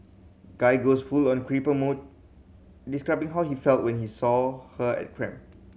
guy goes full on creeper mode describing how he felt when he saw her at